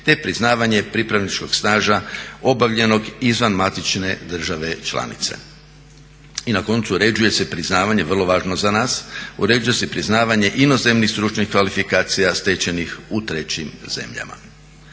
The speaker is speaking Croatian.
te priznavanje pripravničkog staža obavljenog izvan matične države članice. I na koncu uređuje se priznavanje vrlo važno za nas, uređuje se priznavanje inozemnih stručnih kvalifikacija stečenih u trećim zemljama.